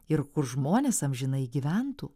ir kur žmonės amžinai gyventų